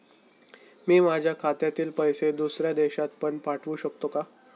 मी माझ्या खात्यातील पैसे दुसऱ्या देशात पण पाठवू शकतो का?